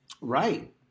right